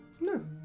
No